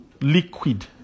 liquid